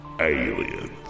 Aliens